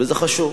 וזה חשוב.